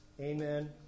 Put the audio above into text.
Amen